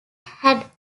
had